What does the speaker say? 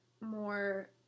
more